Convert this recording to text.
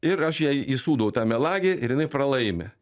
ir aš jai įsūdau tą melagį ir jinai pralaimi